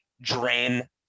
drain